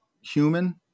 human